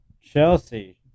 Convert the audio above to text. Chelsea